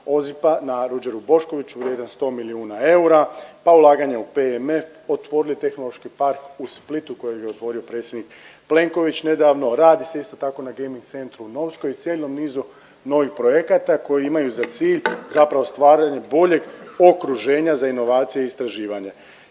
OZIP-a na Ruđeru Boškoviću, vrijedan 100 milijuna eura, pa ulaganje u PMF, otvorili Tehnološki park u Splitu kojega je otvorio predsjednik Plenković nedavno. Radi se isto tako na gaming centru u Novskoj i cijelom nizu novih projekata koji imaju za cilj zapravo stvaranje boljeg okruženja za inovacije i istraživanje.